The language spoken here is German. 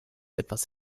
etwas